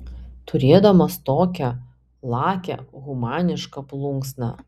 turėdamas tokią lakią humanišką plunksną